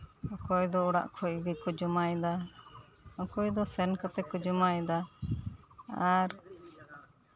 ᱚᱠᱚᱭ ᱫᱚ ᱚᱲᱟᱜ ᱠᱷᱚᱱ ᱜᱮᱠᱚ ᱡᱚᱢᱟᱭᱫᱟ ᱟᱨ ᱚᱠᱚᱭᱫᱚ ᱥᱮᱱ ᱠᱟᱛᱮᱫ ᱠᱚ ᱡᱚᱢᱟᱭᱫᱟ ᱟᱨ